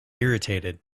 irritated